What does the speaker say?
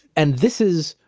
and this is,